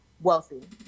wealthy